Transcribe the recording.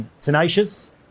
Tenacious